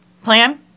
Plan